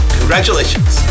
Congratulations